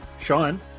Sean